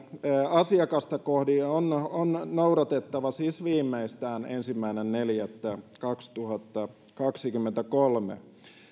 asiakasta kohdin on on noudatettava siis viimeistään ensimmäinen neljättä kaksituhattakaksikymmentäkolme